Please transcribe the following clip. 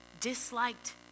disliked